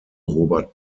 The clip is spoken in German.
robert